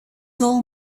soul